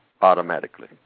automatically